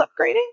upgrading